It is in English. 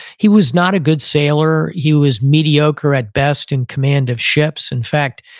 he was not a good sailor. he was mediocre at best in command of ships. in fact,